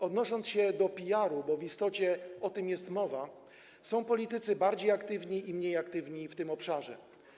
Odnosząc się do PR-u, bo w istocie o tym jest mowa, są politycy bardziej aktywni i mniej aktywni w tym obszarze.